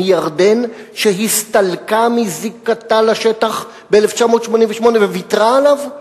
מירדן, שהסתלקה מזיקתה לשטח ב-1988 וויתרה עליו?